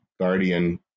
guardian